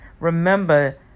Remember